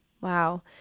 Wow